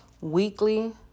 weekly